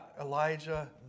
Elijah